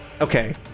okay